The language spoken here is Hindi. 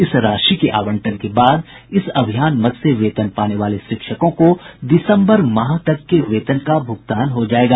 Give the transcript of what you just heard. इस राशि के आवंटन के बाद इस अभियान मद से वेतन पाने वाले शिक्षकों को दिसम्बर माह तक के वेतन का भुगतान हो जायेगा